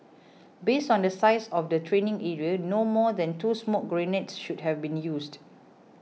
based on the size of the training area no more than two smoke grenades should have been used